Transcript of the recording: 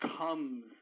comes